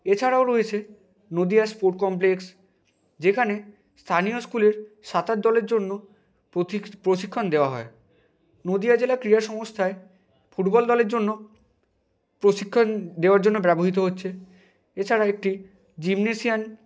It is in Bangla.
এছাড়াও রয়েছে নদীয়া স্পোর্ট কমপ্লেক্স যেখানে স্থানীয় স্কুলের সাঁতার দলের জন্য প্রতি প্রশিক্ষণ দেওয়া হয় নদীয়া জেলা ক্রীড়া সংস্থায় ফুটবল দলের জন্য প্রশিক্ষণ দেওয়ার জন্য ব্যবহৃত হচ্ছে এছাড়া একটি জিমনেশিয়ান